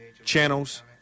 channels